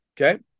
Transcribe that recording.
okay